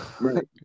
Right